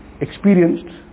experienced